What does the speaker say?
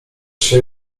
się